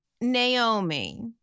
Naomi